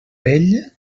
vell